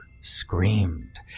screamed